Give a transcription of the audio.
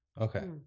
Okay